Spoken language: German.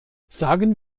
sagen